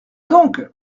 donc